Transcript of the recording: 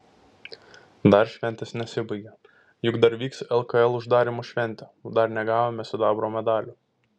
dar šventės nesibaigė juk dar vyks lkl uždarymo šventė dar negavome sidabro medalių